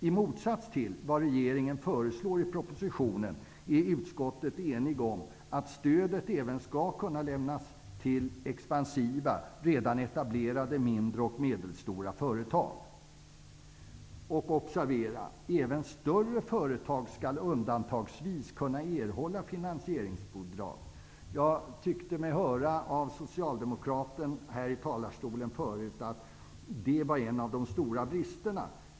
I motsats till vad regeringen föreslår i propositionen, är utskottet enigt i fråga om att stödet även skall kunna lämnas till expansiva, redan etablerade mindre och medelstora företag. Observera att även större företag skall undantagsvis kunna erhålla finansieringsbidrag. Jag tyckte mig höra av socialdemokraten här i talarstolen tidigare att det var en av de stora bristerna.